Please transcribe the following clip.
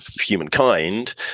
humankind